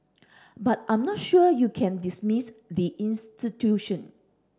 but I'm not sure you can dismiss the institution